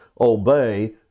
obey